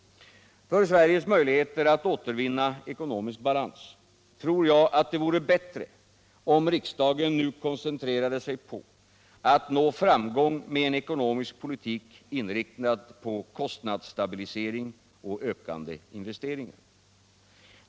För Sveriges möjligheter att återvinna ekonomisk balans tror jag att det vore bättre om riksdagen nu koncentrerade sig på att nå framgång med en ekonomisk politik inriktad på kostnadsstabilisering och ökande investeringar.